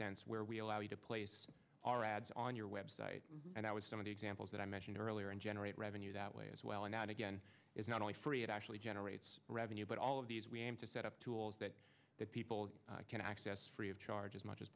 sense where we allow you to place our ads on your website and i was some of the examples that i mentioned earlier and generate revenue that way as well and that again is not only free it actually generates revenue but all of these we aim to set up tools that that people can access free of charge as much as